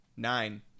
Nine